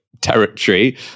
territory